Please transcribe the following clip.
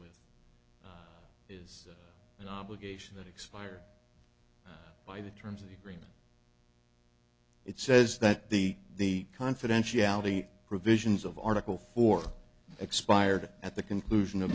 f is an obligation that expired by the terms of the agreement it says that the the confidentiality provisions of article four expired at the conclusion of